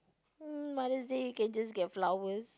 mm Mother's Day you can just get flowers